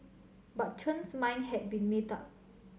but Chen's mind had been made up